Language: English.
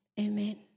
Amen